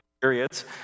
periods